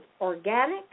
organic